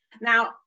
Now